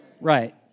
Right